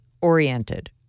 oriented